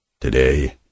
Today